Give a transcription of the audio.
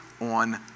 on